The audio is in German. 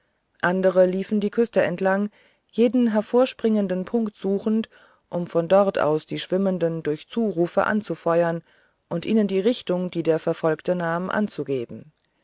andere liefen die küste entlang jeden hervorspringenden punkt suchend um von dort aus die schwimmenden durch zurufe anzufeuern und ihnen die richtung die der verfolgte nahm anzugeben